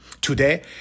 today